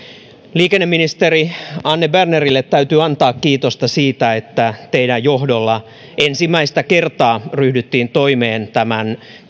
liikenneministeri anne bernerille täytyy antaa kiitosta siitä että teidän johdollanne ensimmäistä kertaa ryhdyttiin toimeen tämän